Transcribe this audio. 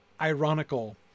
ironical